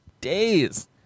days